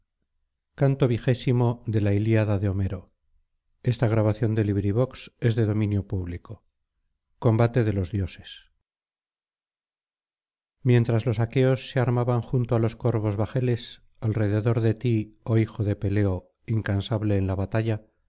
dioses i mientras los aqueos se armaban junto á los corvos bajeles alrededor de ti oh hijo de peleo incansable en la batalla